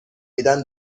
میدن